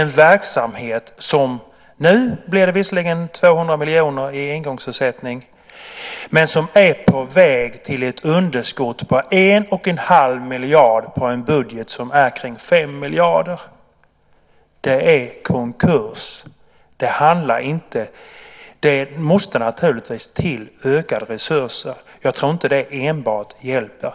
Nu blir det visserligen 200 miljoner i engångsersättning, men den här verksamheten är på väg mot ett underskott på 1 1⁄2 miljard i en budget som är kring 5 miljarder. Det är konkurs. Det måste naturligtvis till ökade resurser, men jag tror inte att enbart det hjälper.